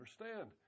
understand